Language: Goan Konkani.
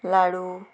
लाडू